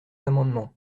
amendement